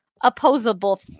opposable